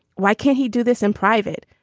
why can't he do this in private?